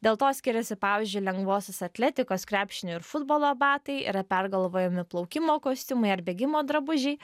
dėl to skiriasi pavyzdžiui lengvosios atletikos krepšinio ir futbolo batai yra pergalvojami plaukimo kostiumai ar bėgimo drabužiai